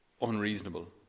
unreasonable